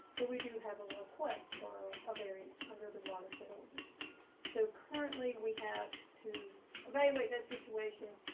but we do have a request for a variance under the watershed. so currently, we have to evaluate that situation,